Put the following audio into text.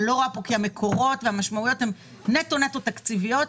כי המקורות והמשמעויות כאן הן נטו תקציביות.